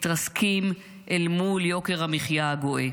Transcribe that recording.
מתרסקים אל מול יוקר המחיה הגואה.